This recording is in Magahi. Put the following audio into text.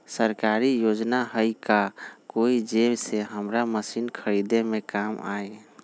सरकारी योजना हई का कोइ जे से हमरा मशीन खरीदे में काम आई?